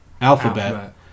Alphabet